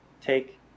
Take